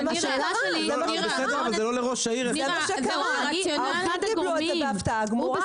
זה מה שקרה, כולם קיבלו את זה בהפתעה גמורה.